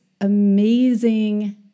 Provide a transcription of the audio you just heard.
amazing